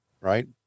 Right